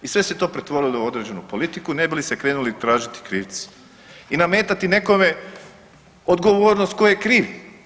I sve se to pretvorilo u određenu politiku ne bi li se krenuli tražiti krivci i nametati nekome odgovornost tko je kriv.